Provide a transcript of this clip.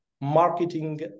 marketing